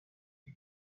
ryo